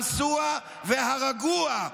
אנסוה והרגוה".